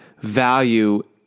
value